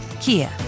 Kia